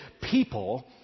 people